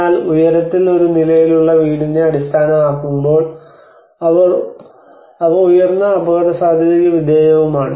എന്നാൽ ഉയരത്തിൽ ഒരു നിലയിലുള്ള വീടിനെ അടിസ്ഥാനമാക്കുമ്പോൾ അവ ഉയർന്ന അപകടസാധ്യതയ്ക്ക് വിധേയവുമാണ്